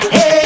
Hey